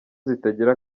zitagira